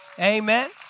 Amen